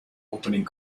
opening